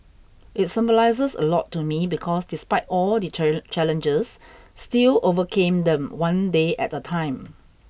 it symbolises a lot to me because despite all the challenges still overcame them one day at a time